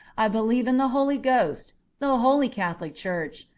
i believe in the holy ghost, the holy catholic church,